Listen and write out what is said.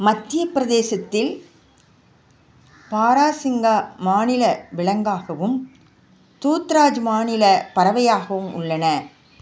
மத்திய பிரதேசத்தில் பாராசிங்கா மாநில விலங்காகவும் தூத்ராஜ் மாநில பறவையாகவும் உள்ளன